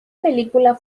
película